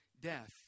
death